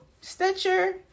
stitcher